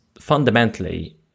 fundamentally